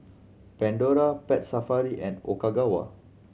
Pandora Pet Safari and Ogawa